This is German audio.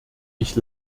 ich